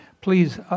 please